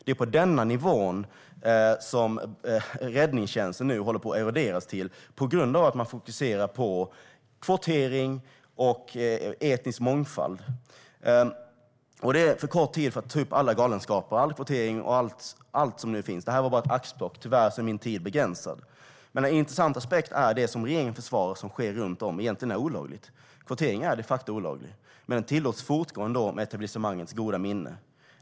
Det är denna nivå som räddningstjänsten nu håller på att eroderas till på grund av att man fokuserar på kvotering och etnisk mångfald. Jag har för kort talartid för att ta upp alla galenskaper, all kvotering och allt som nu finns. Detta var bara ett axplock. Tyvärr är min talartid begränsad. En intressant aspekt är att det som regeringen försvarar och som sker runt om egentligen är olagligt. Kvotering är de facto olaglig. Men den tillåts fortgå ändå med etablissemangets goda minne.